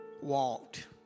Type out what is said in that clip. walked